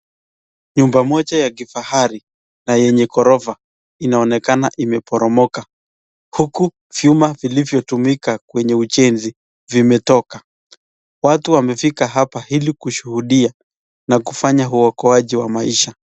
Nyumba moja ya kifahari na yenye ghorofa inaonekana imeporomoka, huku vyuma vilivyotumika kwenye ujenzi vimetoka, atu wamefika hapa ili kushuhudia na kufanya uokoaji wa maisha.